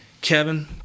Kevin